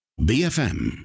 BFM